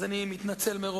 הוא מנצל אותו